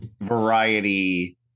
variety